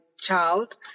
child